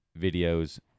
videos